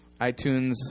iTunes